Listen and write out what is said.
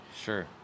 Sure